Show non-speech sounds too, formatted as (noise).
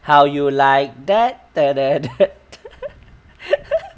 how you like that (noise) (laughs)